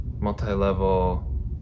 multi-level